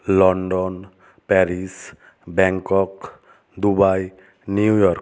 London Paris Bangkok Dubai New York